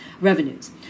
revenues